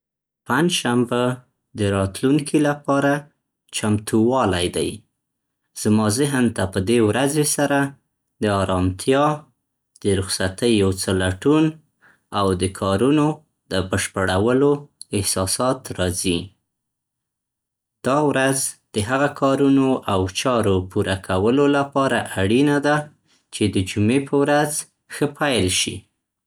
پنجشنبه د راتلونکي لپاره چمتووالی دی. زما ذهن ته په دې ورځې سره د آرامتیا، د رخصتۍ یو څه لټون او د کارونو د بشپړولو احساسات راځي. دا ورځ د هغه کارونو او چارو پوره کولو لپاره اړینه ده چې د جمعې په ورځ ښه پیل شي.